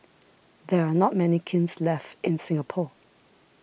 there are not many kilns left in Singapore